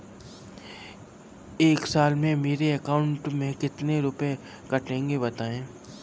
एक साल में मेरे अकाउंट से कितने रुपये कटेंगे बताएँ?